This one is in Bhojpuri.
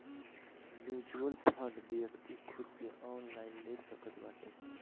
म्यूच्यूअल फंड व्यक्ति खुद से ऑनलाइन ले सकत बाटे